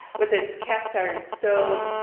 with its cast iron stove,